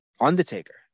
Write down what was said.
Undertaker